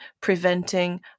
preventing